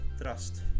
trust